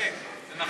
צודק, נכון.